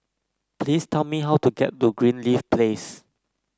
please tell me how to get to Greenleaf Place